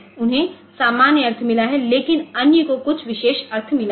उन्हें सामान्य अर्थ मिला है लेकिन अन्य को कुछ विशेष अर्थ मिला है